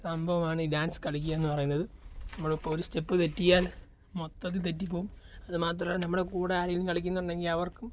സംഭവമാണ് ഈ ഡാൻസ് കളിക്കുക എന്ന് പറയുന്നത് നമ്മൾ ഇപ്പോൾ ഒരു സ്റ്റെപ്പ് തെറ്റിയാൽ മൊത്തത്തിൽ തെറ്റി പോവും അത് മാത്രം നമ്മുടെ കൂടെ ആരെങ്കിലും കളിക്കുന്നുണ്ടെങ്കിൽ അവർക്കും